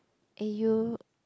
eh you